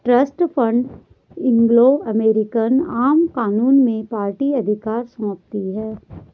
trust fund Anglo American आम कानून में पार्टी अधिकार सौंपती है